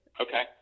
Okay